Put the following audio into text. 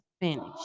finish